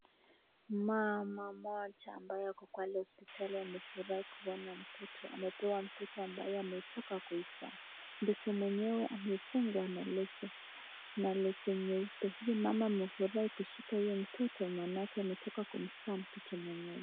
Mama mmoja ambaye ako pale hosipitali amefurahi kuona mtoto. Amepewa mtoto ambaye ametoka kumzaa. Mtoto mwenyewe amefungwa na leso nyeupe. Huyu mama amefurahi kushika huyo mtoto maanake ametoka kumzaa huyu mtoto.